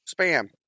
spam